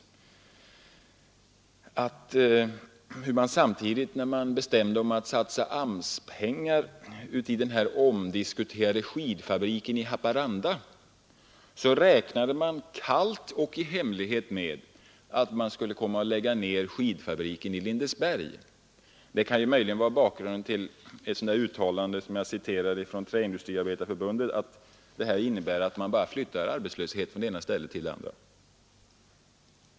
Samtidigt som man med AMS-pengar bestämde sig för att starta den omdiskuterade skidfabriken i Boden räknade man kallt och i hemlighet med att lägga ned skidfabriken i Lindesberg. Det kan möjligen utgöra bakgrunden till ett av de uttalanden som jag citerade från Träindustriarbetareförbundet, att det här bara innebär att man flyttar arbetslösheten från det ena stället till det andra.